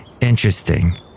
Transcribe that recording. Interesting